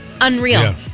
unreal